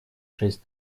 шесть